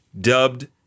dubbed